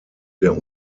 der